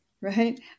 right